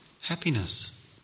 happiness